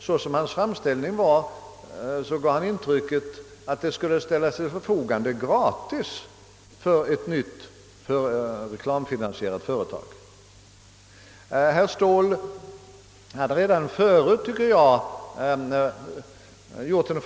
Herr Palmes framställning gav intrycket, att reservanterna vill att detta nät skall ställas till förfogande gratis.